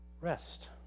Rest